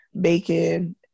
bacon